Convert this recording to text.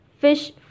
fish